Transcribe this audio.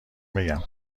بگم